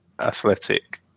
athletic